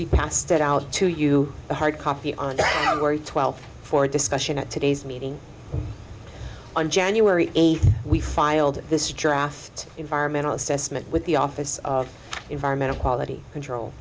we passed it out to you the hard copy on the twelfth for discussion at today's meeting on january eighth we filed this draft environmental assessment with the office of environmental quality control